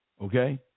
okay